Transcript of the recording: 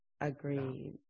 Agreed